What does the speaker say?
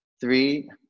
three